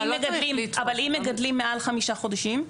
אבל אם מגדלים מעל חמישה חודשים?